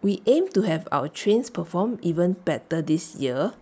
we aim to have our trains perform even better this year